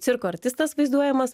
cirko artistas vaizduojamas